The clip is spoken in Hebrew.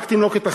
רק תינוקת אחת,